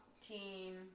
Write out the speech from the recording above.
team